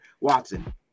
Watson